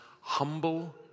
humble